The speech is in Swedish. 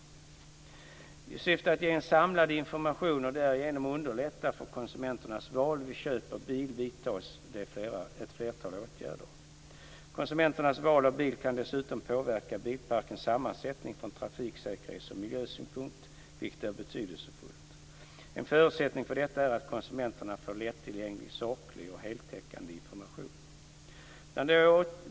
I syfte att ge en samlad information och därigenom underlätta konsumenternas val vid köp av bil vidtas det ett flertal åtgärder. Konsumenternas val av bil kan dessutom påverka bilparkens sammansättning från trafiksäkerhets och miljösynpunkt, vilket är betydelsefullt. En förutsättning för detta är att konsumenterna får lättillgänglig, saklig och heltäckande information.